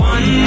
One